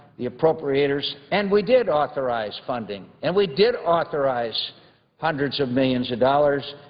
the appropriators and we did authorize funding, and we did authorize hundreds of millions of dollars.